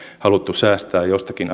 haluttu säästää jostakin